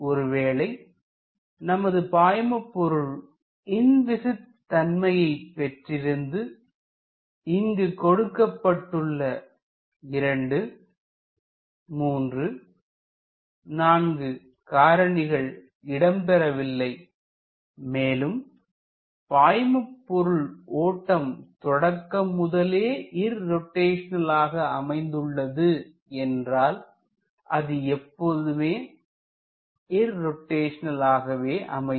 ஒருவேளை நமது பாய்மபொருள் இன்விஸிட் தன்மையை பெற்றிருந்து இங்கு கொடுக்கப்பட்டுள்ள 234 காரணிகள் இடம்பெறவில்லை மேலும் பாய்மபொருள் ஓட்டம் தொடக்கம் முதலே இர்ரோட்டைஷனல் ஆக அமைந்துள்ளது என்றால் அது எப்பொழுதுமே இர்ரோட்டைஷனல் ஆகவே அமையும்